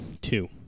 Two